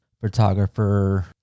photographer